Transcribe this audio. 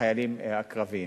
החיילים הקרביים.